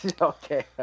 Okay